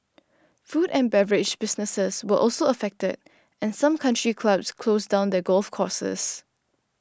food and beverage businesses were also affected and some country clubs closed down their golf courses